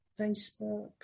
Facebook